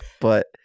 but-